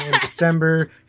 December